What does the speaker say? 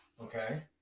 Okay